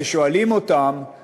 כששואלים אותם על